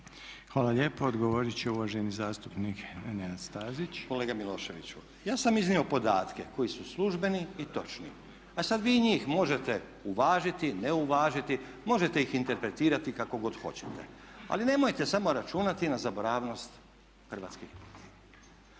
Hvala lijepa. Odgovorit će uvaženi zastupnik Nenad Stazić. **Stazić, Nenad (SDP)** Kolega Miloševiću, ja sam iznio podatke koji su službeni i točni. A sad vi njih možete uvažiti, ne uvažiti, možete ih interpretirati kako god hoćete. Ali nemojte samo računati na zaboravnost hrvatskih